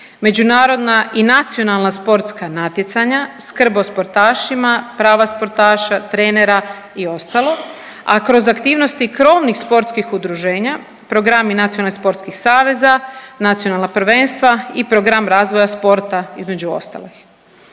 međunarodna i nacionalna sportska natjecanja, skrb o sportašima, prava sportaša, trenera i ostalo, a kroz aktivnosti krovnih sportskih udruženja, programi nacionalnih sportskih saveza, nacionalna prvenstva i program razvoja sporta između ostalih.